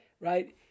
Right